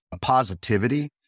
positivity